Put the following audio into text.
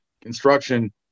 construction